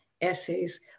Essays